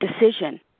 decision